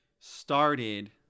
started